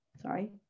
sorry